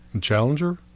Challenger